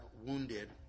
wounded